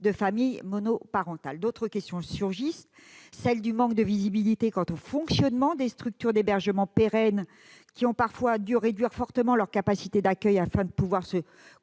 de familles monoparentales. D'autres questions surgissent, comme le manque de visibilité quant au fonctionnement des structures d'hébergement pérennes, qui ont parfois dû réduire fortement leurs capacités d'accueil afin de se